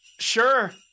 Sure